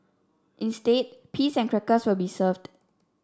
instead peas and crackers will be served